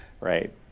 right